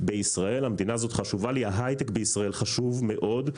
המדינה הזאת חשובה לי, ההיי-טק בישראל חשוב מאוד.